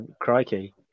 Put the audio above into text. crikey